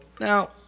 now